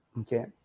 Okay